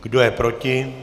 Kdo je proti?